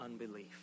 unbelief